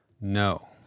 No